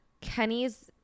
Kenny's